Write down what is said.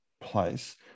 place